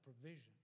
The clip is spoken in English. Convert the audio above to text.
provision